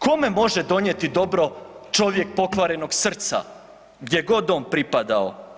Kome može donijeti dobro čovjek pokvarenog srca gdje god on pripadao.